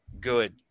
good